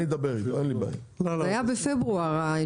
בסדר.